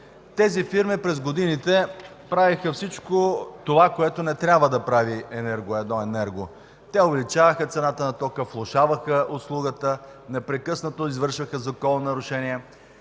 Тези фирми през годините правеха всичко това, което не трябва да прави едно енерго – увеличаваха цената на тока, влошаваха услугата, непрекъснато извършваха закононарушения,